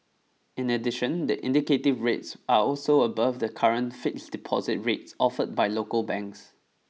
in addition the indicative rates are also above the current fixed deposit rates offered by local banks